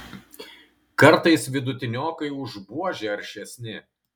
kartais vidutiniokai už buožę aršesni